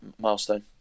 milestone